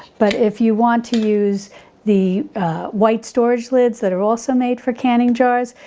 but if you want to use the white storage lids that are also made for canning jars,